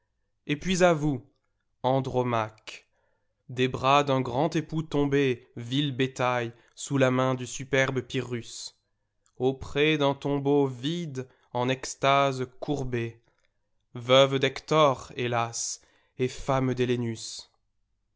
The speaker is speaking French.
et puis à vous andromaque des bras d'un grand époux tombée vil bétail sous la main du superbe pyrrhus auprès d'un tombeau vide en extase courbée veuve d'hector hélas et femme